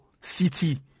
City